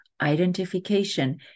identification